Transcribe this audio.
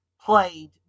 played